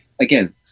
again